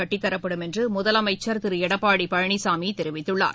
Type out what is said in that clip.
கட்டித்தரப்படும் என்றுமுதலமைச்சா் திருஎடப்பாடிபழனிசாமிதெரிவித்துள்ளார்